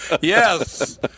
Yes